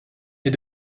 est